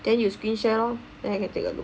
then you screen share lor then I can take a look